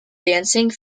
dancing